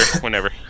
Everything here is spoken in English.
whenever